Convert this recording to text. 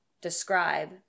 describe